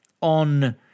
on